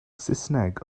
saesneg